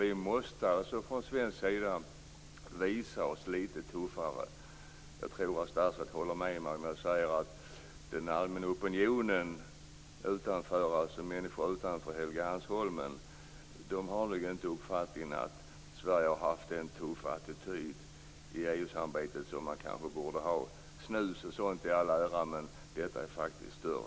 Vi måste från svensk sida visa oss litet tuffare. Jag tror att statsrådet håller med mig om att människor utanför Helgeandsholmen inte har uppfattningen att Sverige har intagit den tuffa attityd i EU-samarbetet som det borde ha gjort. Snus och sådant i all ära, men detta är faktiskt större.